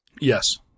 Yes